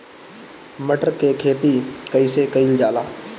मटर के खेती कइसे कइल जाला?